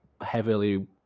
heavily